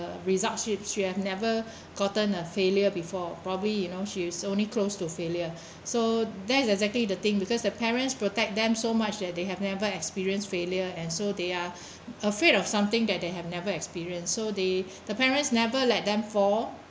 results sheets she have never gotten a failure before probably you know she is only close to failure so that's exactly the thing because their parents protect them so much that they have never experienced failure and so they are afraid of something that they have never experienced so they the parents never let them fall